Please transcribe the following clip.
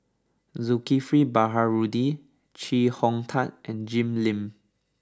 Zulkifli Baharudin Chee Hong Tat and Jim Lim